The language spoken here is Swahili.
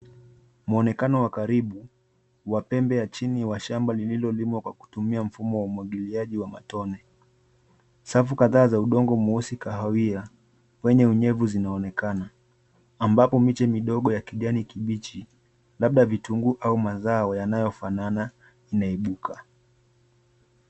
Mwonekano wa karibu wa pembe ya chini ya shamba lililolimwa kwa kutumia mfumo wa umwagiliaji wa matone . Safu kadhaa za udongo mweusi kahawia wenye unyevu zinaonekana ambapo miche midogo ya kijani kibichi labda vitunguu au mazao yanayofanana inaibuka.